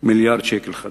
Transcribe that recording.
מיליארדי ש"ח.